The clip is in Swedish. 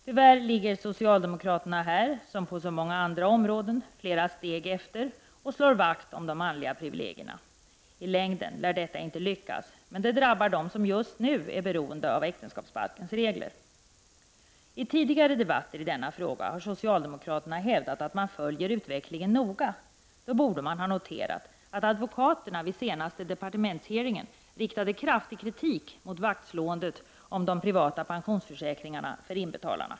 Tyvärr ligger socialdemokraterna här, som på så många andra områden, flera steg efter och slår vakt om de manliga privilegierna. I längden lär detta inte lyckas, men det drabbar dem som just nu är beroende av äktenskapsbalkens regler. I tidigare debatter i denna fråga har socialdemokraterna hävdat att man följer utvecklingen noga. Då borde man ha noterat att advokaterna vid den senaste departementsutfrågningen riktade kraftig kritik mot vaktslåendet om de privata pensionsförsäkringarna för inbetalarna.